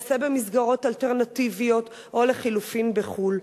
להינשא במסגרות אלטרנטיביות או לחלופין בחו"ל.